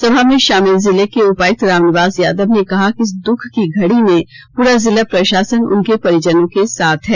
सभा में शामिल जिले के उपायुक्त रामनिवास यादव ने कहा कि इस दुःख की घड़ी में पूरा जिला प्रशासन उनके परिजनों के साथ है